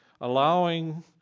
allowing